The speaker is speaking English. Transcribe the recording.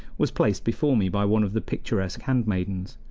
was placed before me by one of the picturesque handmaidens.